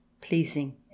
pleasing